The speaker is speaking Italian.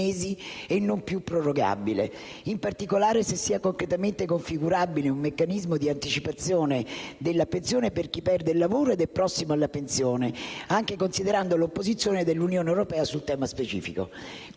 mesi e non più prorogabile. In particolare, chiediamo se sia concretamente configurabile un meccanismo di anticipazione della pensione per chi perde il lavoro ed è prossimo alla pensione, anche considerando l'opposizione dell'Unione europea sul tema specifico.